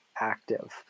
active